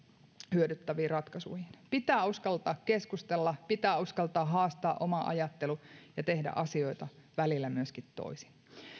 hyödyttäviin ratkaisuihin pitää uskaltaa keskustella pitää uskaltaa haastaa oma ajattelu ja tehdä asioita välillä myöskin toisin